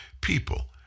people